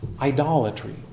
idolatry